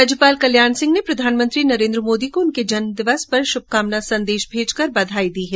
राज्यपाल कल्याण सिंह ने प्रधानमंत्री नरेन्द्र मोदी को उनके जन्म दिवस पर शुभकामना संदेश भेजकर बधाई दी है